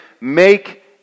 make